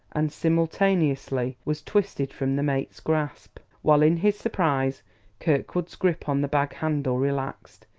and simultaneously was twisted from the mate's grasp, while in his surprise kirkwood's grip on the bag-handle relaxed.